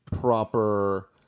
proper